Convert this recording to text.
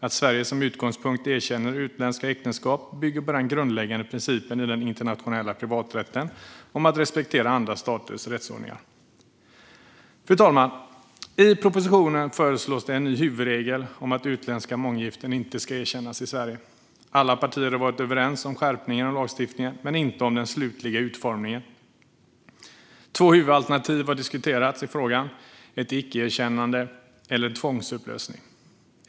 Att Sverige som utgångspunkt erkänner utländska äktenskap bygger på den grundläggande principen i den internationella privaträtten om att respektera andra staters rättsordningar. Fru talman! I propositionen föreslås en ny huvudregel om att utländska månggiften inte ska erkännas i Sverige. Alla partier har varit överens om skärpningen av lagstiftningen men inte om den slutliga utformningen. Två huvudalternativ har diskuterats i frågan: icke-erkännande eller tvångsupplösning.